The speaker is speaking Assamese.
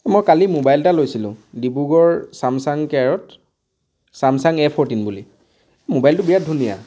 মই কালি মোবাইল এটা লৈছিলোঁ ডিব্ৰুগড় চামচাং কেয়াৰত চামচাং এ ফৰটিন বুলি মোবাইলটো বিৰাট ধুনীয়া